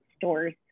stores